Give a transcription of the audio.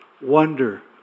wonder